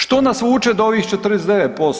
Što nas vuče do ovih 49%